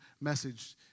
message